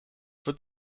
wird